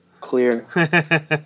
clear